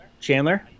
Chandler